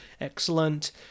excellent